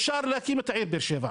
אפשר להקים את העיר באר שבע.